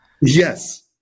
yes